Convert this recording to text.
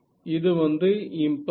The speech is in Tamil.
இது வந்து இம்பல்ஸ்